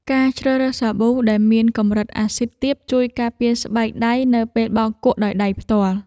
ការជ្រើសរើសសាប៊ូដែលមានកម្រិតអាស៊ីតទាបជួយការពារស្បែកដៃនៅពេលបោកគក់ដោយដៃផ្ទាល់។